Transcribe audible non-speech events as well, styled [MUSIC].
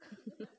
[LAUGHS]